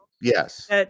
Yes